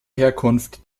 herkunft